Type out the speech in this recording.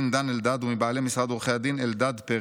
עו"ד דן אלדד הוא מבעלי משרד עורכי הדין אלדד-פרץ.